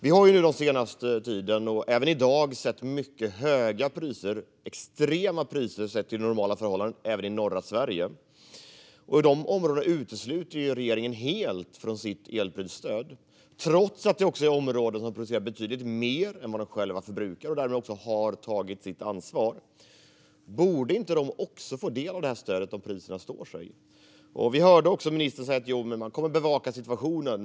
Vi har den senaste tiden, även i dag, sett mycket höga priser, extrema priser sett till normala förhållanden, även i norra Sverige. De områdena utesluter regeringen helt från sitt elprisstöd, trots att det är områden som producerar betydligt mer än de själva förbrukar och därmed har tagit sitt ansvar. Borde inte också de få ta del av stödet om priserna står sig? Vi hörde ministern säga att man kommer att bevaka situationen.